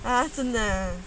ah 真的 ah